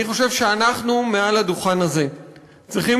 אני חושב שאנחנו מעל הדוכן הזה צריכים